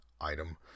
item